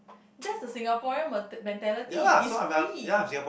that's a Singaporean met~ mentality it's weak